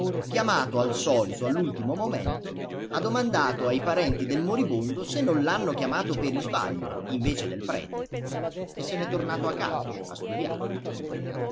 chiamato al solito all'ultimo momento ha domandato ai parenti del moribondo se non l'hanno chiamato per isbaglio invece del prete e se n'è tornato a casa a studiare